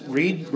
read